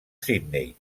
sydney